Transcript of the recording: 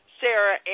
Sarah